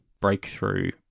breakthrough